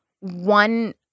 one